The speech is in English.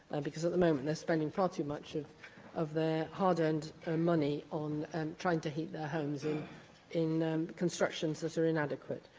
and because, at the moment, they're spending far too much of of their hard-earned money on trying to heat their homes in in constructions that are inadequate.